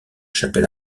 chapelle